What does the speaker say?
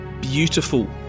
beautiful